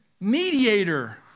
mediator